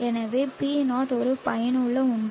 எனவே P0 ஒரு பயனுள்ள ஒன்று